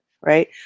right